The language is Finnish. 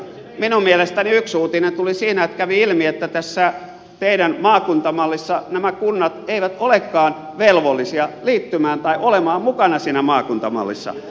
minun mielestäni yksi uutinen tuli siinä että kävi ilmi että tässä teidän maakuntamallissanne nämä kunnat eivät olekaan velvollisia liittymään tai olemaan mukana siinä maakuntamallissa